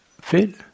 fit